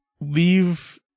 leave